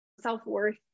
self-worth